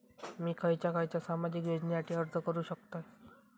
मी खयच्या खयच्या सामाजिक योजनेसाठी अर्ज करू शकतय?